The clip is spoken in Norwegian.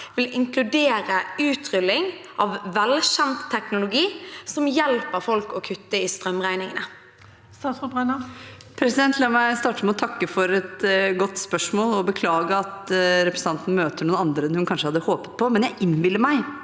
vil inkludere utrulling av velkjent teknologi som hjelper folk å kutte i strømregningene?» Statsråd Tonje Brenna La meg starte med å takke for et godt spørsmål og beklage at representanten møter en annen enn hun kanskje hadde håpet på, men jeg innbiller meg